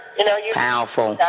Powerful